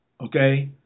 Okay